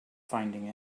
finding